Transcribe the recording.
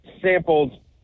sampled